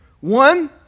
One